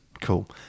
Cool